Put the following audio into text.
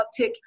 uptick